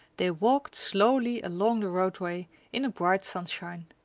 they walked slowly along the roadway in the bright sunshine.